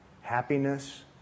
happiness